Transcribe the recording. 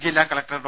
ജില്ലാകലക്ടർ ഡോ